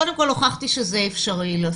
אם כן, קודם כל הוכחתי שזה אפשרי לעשות